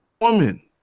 Woman